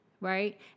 Right